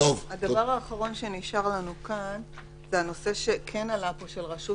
הדבר האחרון שנשאר לנו כאן זה הנושא שעלה פה של רשות